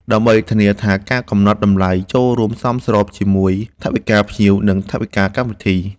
ដើម្បីធានាថាការកំណត់តម្លៃចូលរួមសមស្របជាមួយថវិកាភ្ញៀវ និងថវិកាកម្មវិធី។